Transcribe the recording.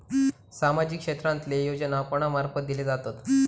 सामाजिक क्षेत्रांतले योजना कोणा मार्फत दिले जातत?